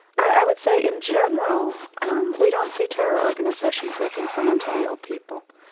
i would say in general um we don't see terror organisations looking for mentally ill people,